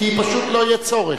כי פשוט לא יהיה צורך.